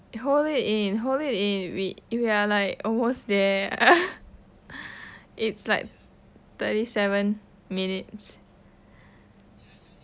hold it in hold it in we are like almost there it's like thirty seven minutes